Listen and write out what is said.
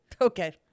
Okay